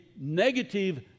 negative